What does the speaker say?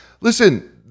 Listen